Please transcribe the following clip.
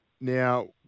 Now